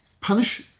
punish